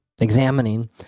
examining